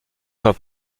sur